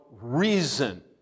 reason